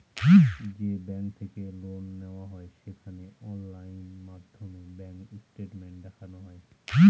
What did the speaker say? যে ব্যাঙ্ক থেকে লোন নেওয়া হয় সেখানে অনলাইন মাধ্যমে ব্যাঙ্ক স্টেটমেন্ট দেখানো হয়